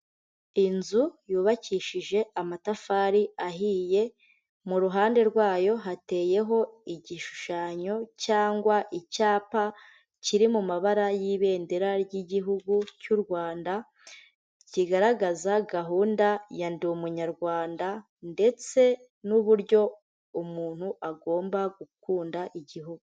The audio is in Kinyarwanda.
Inzu yubakishije amatafari ahiye, mu ruhande rwayo hateyeho igishushanyo cyangwa icyapa kiri mu mabara y'ibendera ry'Igihugu cy'u Rwanda, kigaragaza gahunda ya Ndi Umuyarwanda ndetse n'uburyo umuntu agomba gukunda igihugu.